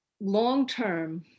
long-term